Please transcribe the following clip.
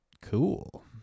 cool